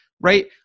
Right